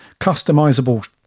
customizable